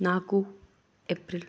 ನಾಲ್ಕು ಎಪ್ರಿಲ್